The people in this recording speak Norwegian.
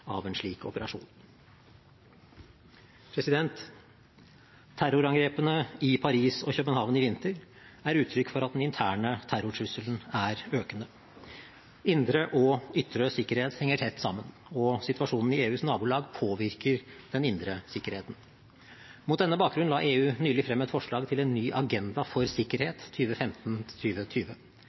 av en slik operasjon. Terrorangrepene i Paris og København i vinter er uttrykk for at den interne terrortrusselen er økende. Indre og ytre sikkerhet henger tett sammen, og situasjonen i EUs nabolag påvirker den indre sikkerheten. Mot denne bakgrunn la EU nylig frem et forslag til en ny agenda for